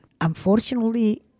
Unfortunately